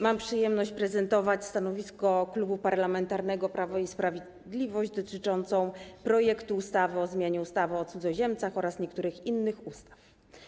Mam przyjemność zaprezentować stanowisko Klubu Parlamentarnego Prawo i Sprawiedliwość wobec projektu ustawy o zmianie ustawy o cudzoziemcach oraz niektórych innych ustaw.